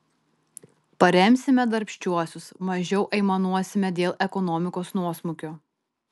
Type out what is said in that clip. paremsime darbščiuosius mažiau aimanuosime dėl ekonomikos nuosmukio